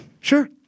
Sure